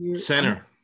center